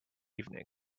evening